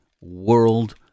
world